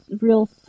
real